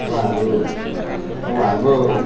उहाँहरू अब हाम्रो